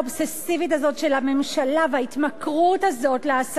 הממשלה וההתמכרות הזאת להעסקה בקבלנות.